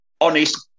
honest